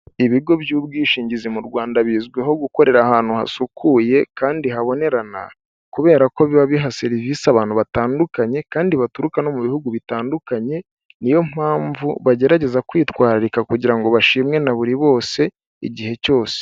Ibigo by'ubwishingizi mu Rwanda bizwiho gukorera ahantu hasukuye kandi habonerana kubera ko biba biha serivisi abantu batandukanye kandi baturuka no mu bihugu bitandukanye, niyo mpamvu bagerageza kwitwararika kugira ngo bashimwe na buri bose igihe cyose.